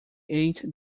ate